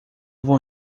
vou